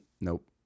Nope